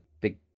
big